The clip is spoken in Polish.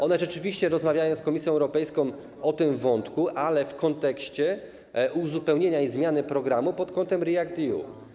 One rzeczywiście rozmawiają z Komisją Europejską o tym wątku, ale w kontekście uzupełnienia i zmiany programu pod kątem REACT-EU.